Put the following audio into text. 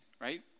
right